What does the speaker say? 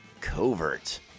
covert